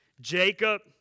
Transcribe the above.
Jacob